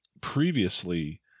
Previously